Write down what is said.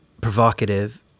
provocative